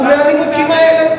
זה מהנימוקים האלה.